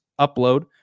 upload